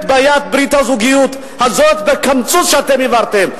את בעיית ברית הזוגיות הזאת בקמצוץ שאתם העברתם.